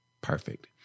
perfect